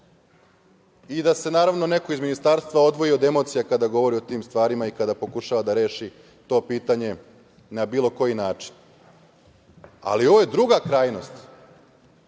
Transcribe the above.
i da se, naravno, neko iz ministarstva odvoji od emocija kada govori o tim stvarima i kada pokušava da reši to pitanje na bilo koji način, ali ovo je druga krajnost.